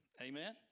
Amen